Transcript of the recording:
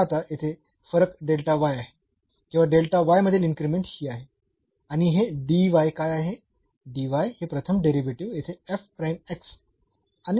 तर आता येथे फरक आहे किंवा मधील इन्क्रीमेंट ही आहे आणि हे काय आहे हे प्रथम डेरिव्हेटिव्ह येथे आणि आहे